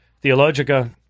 Theologica